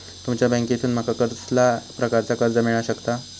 तुमच्या बँकेसून माका कसल्या प्रकारचा कर्ज मिला शकता?